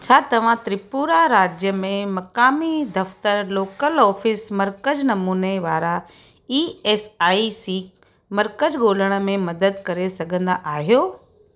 छा तव्हां त्रिपुरा राज्य में मक़ामी दफ़्तरु लोकल ऑफ़िस मर्कज़ नमूने वारा ई एस आई सी मर्कज़ु ॻोल्हण में मदद करे सघंदा आहियो